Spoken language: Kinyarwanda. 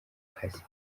kazi